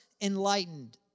enlightened